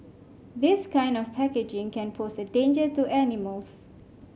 this kind of packaging can pose a danger to animals